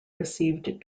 received